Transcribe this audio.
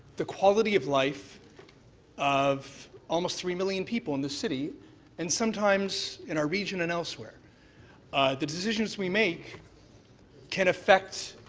the quality of life of almost three million people in this city and sometimes in our region and else where the decisions we make can effect